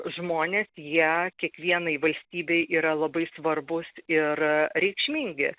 žmonės jie kiekvienai valstybei yra labai svarbūs ir reikšmingi